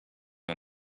the